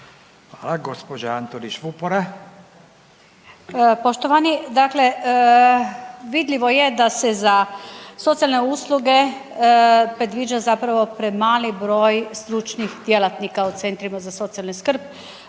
Vupora, Barbara (SDP)** Poštovani, dakle vidljivo je da se za socijalne usluge predviđa zapravo premali broj stručnih djelatnika u centrima za socijalnu skrb.